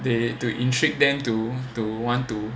to intrigue them to to want to